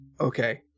Okay